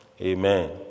Amen